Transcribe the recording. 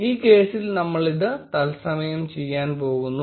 ഈ കേസിൽ നമ്മളിത് തത്സമയം ചെയ്യാൻ പോകുന്നു